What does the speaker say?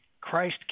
Christ